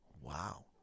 Wow